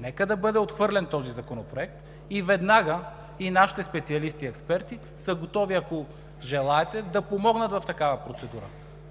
Нека да бъде отхвърлен този законопроект и веднага – нашите специалисти и експерти са готови, ако желаете, да помогнат в такава процедура!